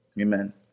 amen